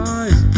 eyes